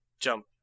jump